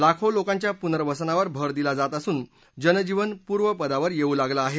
लाखो लोकांच्या पुनर्वसनावर भर दिला जात असून जनजीवन पूर्वपदावर येऊ लागलं आहे